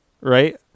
Right